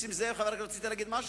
חבר הכנסת נסים זאב, רצית להגיד משהו?